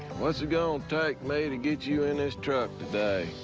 what's it gonna take me to get you in this truck today?